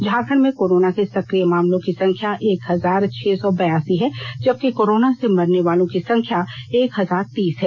झारखंड में कोरोना के सक्रिय मामलों की संख्या एक हजार छह सौ बयासी है जबकि कोरोना से मरने वालों की संख्या एक हजार तीस है